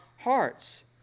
hearts